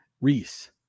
Reese